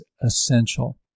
essential